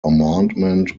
amendment